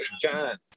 John